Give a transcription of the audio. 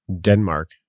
Denmark